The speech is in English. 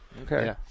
Okay